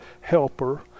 Helper